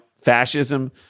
fascism